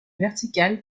vertical